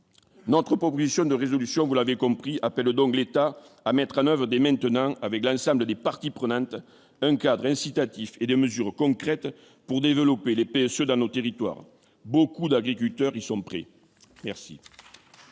n'entre mission de résolution, vous l'avez compris appelle donc l'État à mettre en oeuvre dès maintenant avec l'ensemble des parties prenantes, un cadre incitatif et de mesures concrètes pour développer les PSE dans notre territoire, beaucoup d'agriculteurs, ils sont prêts, merci.